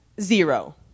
zero